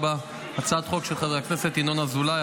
2024, הצעת חוק של חבר הכנסת ינון אזולאי.